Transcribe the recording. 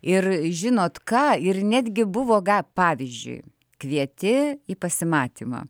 ir žinot ką ir netgi buvo pavyzdžiui kvieti į pasimatymą